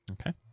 Okay